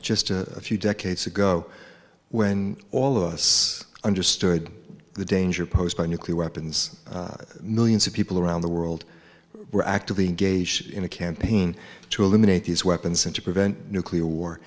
just a few decades ago when all of us understood the danger posed by nuclear weapons millions of people around the world were actively engaged in a campaign to eliminate these weapons and to prevent nuclear war